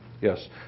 Yes